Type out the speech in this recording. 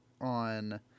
on